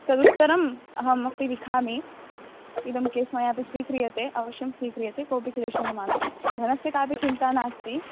तदुत्तरम् अहमपि लिखामि इदं केस् मया अपि स्वीक्रीयते अवश्यं स्वीक्रीयते कोऽपि क्लेषः मास्तु धनस्य कापि चिन्ता नास्ति